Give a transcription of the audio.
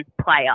player